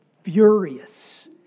furious